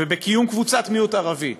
ובקיום קבוצת מיעוט ערבי.